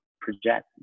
project